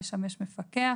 לשמש מפקח,